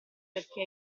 perché